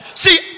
See